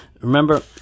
remember